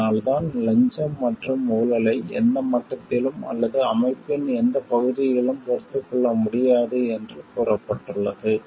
அதனால்தான் லஞ்சம் மற்றும் ஊழலை எந்த மட்டத்திலும் அல்லது அமைப்பின் எந்தப் பகுதியிலும் பொறுத்துக்கொள்ள முடியாது என்று கூறப்பட்டுள்ளது